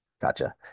gotcha